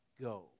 go